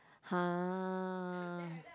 !huh!